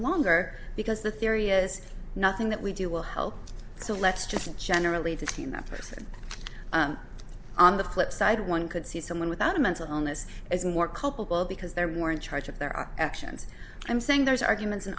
longer because the theory is nothing that we do will help so let's just generally theme that person on the flip side one could see someone without a mental illness is more culpable because they're more in charge of their actions i'm saying there's arguments